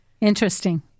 Interesting